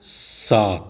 सात